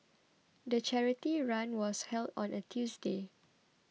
the charity run was held on a Tuesday